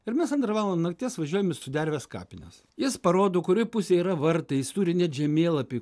ir mes antrą valandą nakties važiuojam į sudervės kapines jis parodo kurioj pusėj yra vartai jis turi net žemėlapį